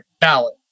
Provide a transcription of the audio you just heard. ballot